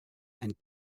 and